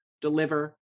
deliver